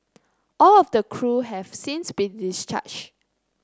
all of the crew have since been discharge